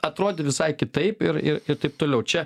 atrodė visai kitaip ir ir ir taip toliau čia